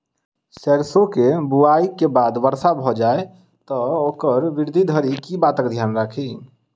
सैरसो केँ बुआई केँ बाद वर्षा भऽ जाय तऽ ओकर वृद्धि धरि की बातक ध्यान राखि?